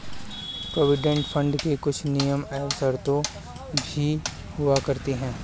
provident fund की कुछ नियम एवं शर्तें भी हुआ करती हैं